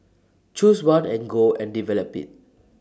choose one and go and develop IT